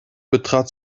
betrat